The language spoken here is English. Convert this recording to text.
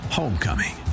homecoming